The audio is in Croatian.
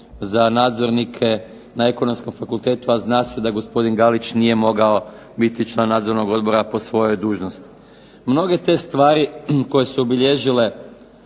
za nadzornike na Ekonomskom fakultetu, a zna se da gospodin Galić nije mogao biti član nadzornog odbora po svojoj dužnosti. Mnoge te stvari koje su obilježile,